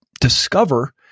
discover